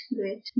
great